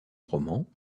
roman